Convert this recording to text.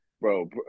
bro